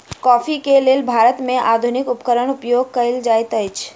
coffee के लेल भारत में आधुनिक उपकरण उपयोग कएल जाइत अछि